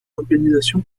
organisation